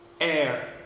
air